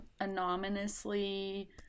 anonymously